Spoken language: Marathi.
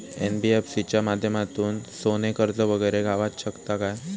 एन.बी.एफ.सी च्या माध्यमातून सोने कर्ज वगैरे गावात शकता काय?